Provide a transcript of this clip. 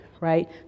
right